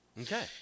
Okay